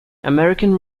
american